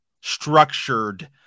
structured